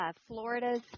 Florida's